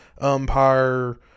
umpire